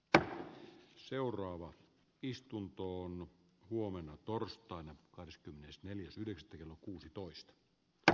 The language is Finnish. tämä on seuraava istunto on huomenna torstaina kahdeskymmenesneljäs yhdeksättä kello kuusitoista dr